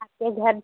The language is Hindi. आपके घर